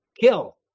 kill